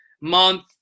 month